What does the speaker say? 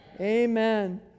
Amen